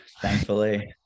thankfully